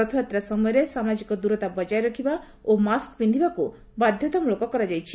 ରଥଯାତ୍ରା ସମୟରେ ସାମାଜିକ ଦୂରତା ବଜାୟ ରଖିବା ଓ ମାସ୍କ ପିନ୍ଧିବାକୁ ବାଧତାମୂଳକ କରାଯାଇଛି